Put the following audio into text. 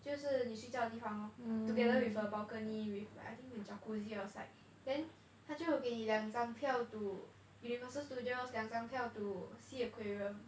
就是你睡觉的地方 lor together with a balcony with I think with jaccuzi outside then 他就给你两张票 to universal studios 两张票 to sea aquarium